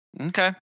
Okay